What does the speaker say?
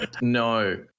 No